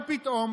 אבל פתאום,